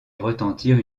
retentir